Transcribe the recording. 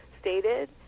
stated